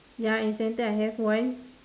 ya in the center I have one